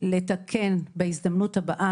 לתקן בהזדמנות הבאה,